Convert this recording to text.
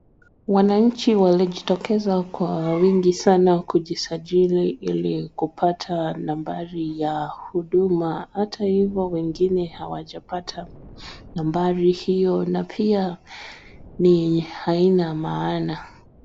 Wananchi walijitokeza kwa wingi sana kujisajili ili kupata nambari ya huduma, hata hivyo wengine hawajapata nambari hiyo na pia haina maana.